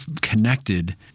connected